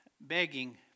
begging